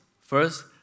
First